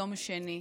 יום שני,